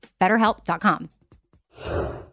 BetterHelp.com